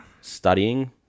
studying